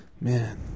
man